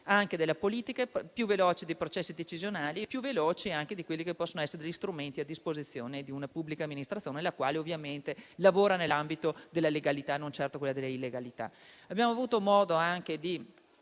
anche della politica, dei processi decisionali e anche di quelli che possono essere gli strumenti a disposizione di una pubblica amministrazione, la quale ovviamente lavora nell'ambito della legalità e non certo in quello dell'illegalità. Abbiamo avuto modo anche di